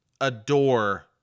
adore